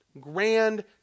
grand